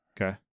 okay